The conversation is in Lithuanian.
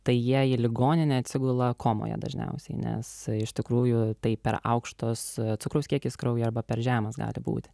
tai jie į ligoninę atsigula komoje dažniausiai nes iš tikrųjų tai per aukštos cukraus kiekis kraujyje arba per žemas gali būti